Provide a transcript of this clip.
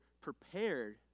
prepared